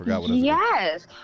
Yes